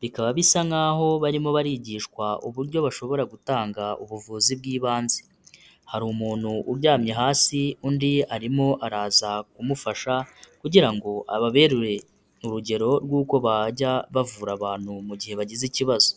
bikaba bisa nk'aho barimo barigishwa uburyo bashobora gutanga ubuvuzi bw'ibanze, hari umuntu uryamye hasi, undi arimo araza kumufasha kugira ngo ababere urugero rw'uko bajya bavura abantu mu gihe bagize ikibazo.